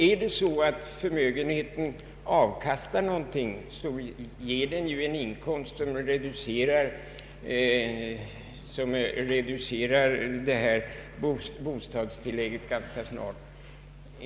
Om förmögenheten ger avkastning blir ju denna en inkomst som reducerar bostadstillägget ganska snart.